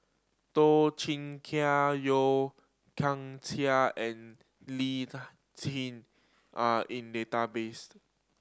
Toh Chin Chye Yeo Kian Chai and Lee Tjin are in database